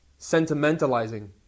sentimentalizing